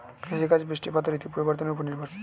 কৃষিকাজ বৃষ্টিপাত ও ঋতু পরিবর্তনের উপর নির্ভরশীল